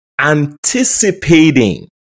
anticipating